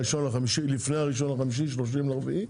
באחד במאי, לפני האחד במאי, השלושים באפריל.